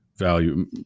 Value